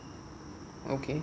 okay